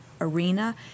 arena